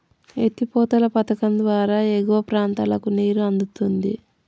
ఎత్తి పోతల పధకం ద్వారా ఎగువ ప్రాంతాలకు నీరు అందుతుంది